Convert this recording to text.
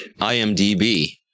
IMDb